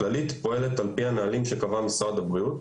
הכללית פועלת על פי הנהלים שקבע משרד הבריאות,